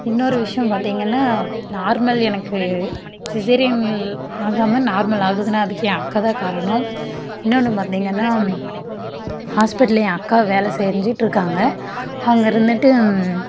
இன்னொரு விஷயம் பார்த்தீங்கன்னா நார்மல் எனக்கு சிசேரியன் ஆகாமல் நார்மல் ஆகுதுன்னா அதுக்கு என் அக்கா தான் காரணம் இன்னொன்று பார்த்தீங்கன்னா ஹாஸ்பிட்டலில் ஏன் அக்கா வேலை செஞ்சிகிட்டு இருக்காங்க அங்கே இருந்துகிட்டு